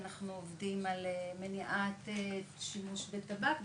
אנחנו עובדים על מניעת שימוש בטבק,